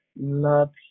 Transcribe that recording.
love